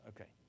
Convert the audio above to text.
Okay